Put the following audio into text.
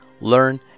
learn